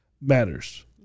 matters